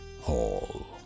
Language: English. Hall